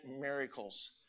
miracles